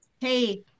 hey